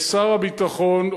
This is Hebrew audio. שר הביטחון,